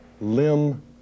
limb